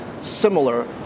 similar